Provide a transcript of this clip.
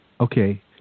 Okay